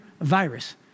virus